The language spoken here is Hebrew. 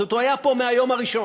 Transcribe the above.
זאת אומרת, הוא היה פה מהיום הראשון.